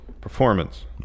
performance